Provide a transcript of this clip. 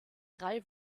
drei